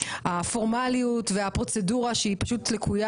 הפורמליות והפרוצדורה שהיא פשוט לקויה,